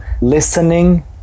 listening